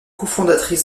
cofondatrice